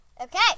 Okay